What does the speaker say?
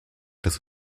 des